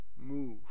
move